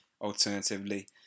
Alternatively